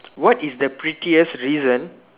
what is the prettiest reason